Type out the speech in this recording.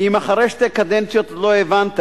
אם אחרי שתי קדנציות עוד לא הבנת,